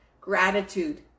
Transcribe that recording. gratitude